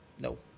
No